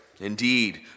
Indeed